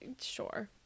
sure